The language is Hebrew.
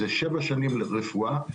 זה שבע שנים רפואה,